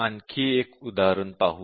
आणखी एक उदाहरण पाहू